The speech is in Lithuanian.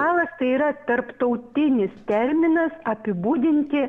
škvalas tai yra tarptautinis terminas apibūdinti